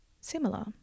similar